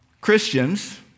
Christians